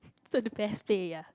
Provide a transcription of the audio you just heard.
so is the best place ya